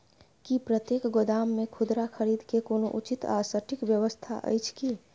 की प्रतेक गोदाम मे खुदरा खरीद के कोनो उचित आ सटिक व्यवस्था अछि की?